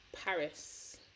Paris